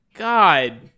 God